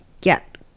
get